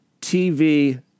TV